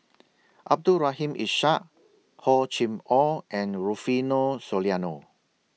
Abdul Rahim Ishak Hor Chim Or and Rufino Soliano